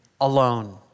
alone